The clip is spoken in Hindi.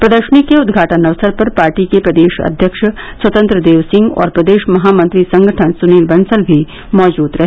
प्रदर्शनी के उदघाटन अवसर पर पार्टी के प्रदेश अध्यक्ष स्वतंत्रदेव सिंह और प्रदेश महामंत्री संगठन सुनील बंसल भी मौजूद रहे